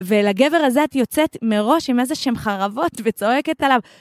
ולגבר הזה את יוצאת מראש עם איזשהן חרבות וצועקת עליו